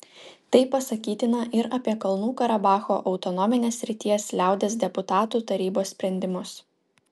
tai pasakytina ir apie kalnų karabacho autonominės srities liaudies deputatų tarybos sprendimus